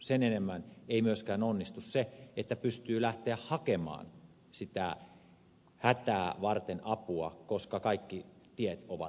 sen enempää ei myöskään onnistu se että pystyy lähtemään hakemaan sitä hätää varten apua koska kaikki tiet ovat tukossa